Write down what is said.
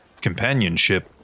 companionship